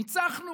ניצחנו.